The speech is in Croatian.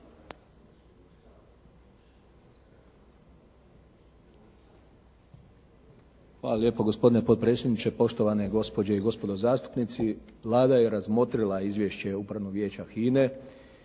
Hvala lijepo. Gospodine potpredsjedniče, poštovane gospođe i gospodo zastupnici. Vlada je razmotrila Izvješće Upravnog vijeća HINA-e